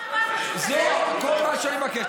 זה כל מה שאני מבקש.